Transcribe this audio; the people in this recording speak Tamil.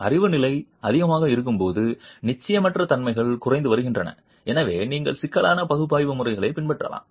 அறிவு நிலை அதிகமாக இருக்கும்போது நிச்சயமற்ற தன்மைகள் குறைந்து வருகின்றன எனவே நீங்கள் சிக்கலான பகுப்பாய்வு முறைகளை பின்பற்றலாம்